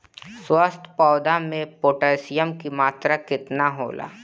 स्वस्थ पौधा मे पोटासियम कि मात्रा कितना होला?